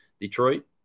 Detroit